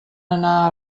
anar